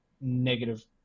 negative